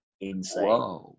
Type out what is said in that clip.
insane